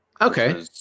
Okay